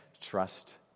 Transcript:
trust